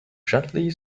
gently